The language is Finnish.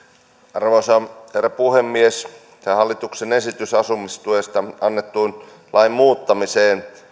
arvoisa herra puhemies tämä hallituksen esitys asumistuesta annetun lain muuttamisesta